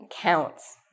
counts